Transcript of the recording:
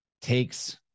takes